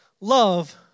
love